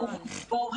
יעל, יש לי שאלה.